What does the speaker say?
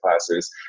classes